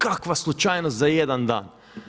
Kakva slučajnost za jedan dan.